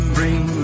Bring